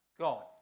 God